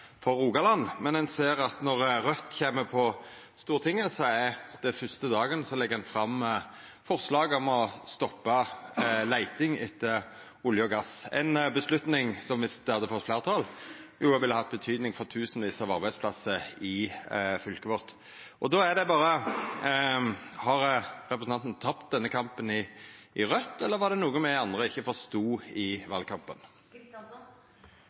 for Rogaland, men når Raudt kjem på Stortinget, ser ein at dei den fyrste dagen legg fram forslag om å stoppa leiting etter olje og gass. Det er ei avgjerd som – dersom ho hadde fått fleirtal – ville hatt noko å seie for tusenvis av arbeidsplassar i fylket vårt. Har representanten Kristjánsson tapt denne kampen i Raudt, eller var det noko me andre ikkje forstod i valkampen?